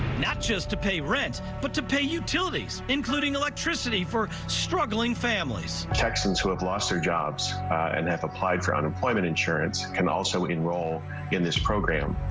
not just to pay represent, but to pay utilities, including electricity for struggling families. texans who have lost their jobs and have applied town employment insurance can also enroll in this program.